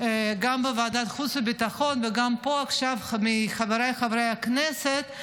גם בוועדת החוץ והביטחון וגם פה עכשיו מחבריי חברי הכנסת: